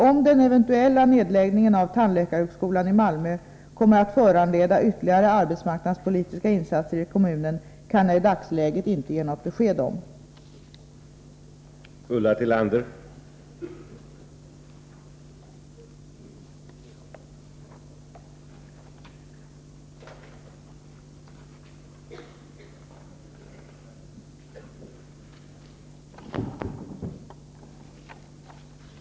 Om den eventuella nedläggningen av tandläkarhögskolan i Malmö kommer att föranleda ytterligare arbetsmarknadspolitiska insatser i kommunen kan jag i dagsläget inte ge något besked om. betydelsen av en